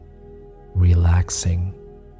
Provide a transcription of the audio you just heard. relaxing